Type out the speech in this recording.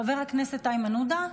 חבר הכנסת איימן עודה.